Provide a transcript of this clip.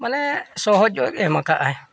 ᱢᱟᱱᱮ ᱥᱚᱦᱚᱡᱽ ᱧᱚᱜ ᱜᱮ ᱮᱢ ᱠᱟᱜᱼᱟᱭ